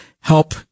help